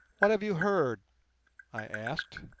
what have you heard i asked.